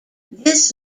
this